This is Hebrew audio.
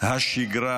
השגרה